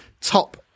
top